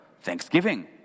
thanksgiving